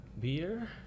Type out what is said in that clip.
Beer